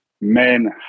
Men